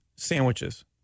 sandwiches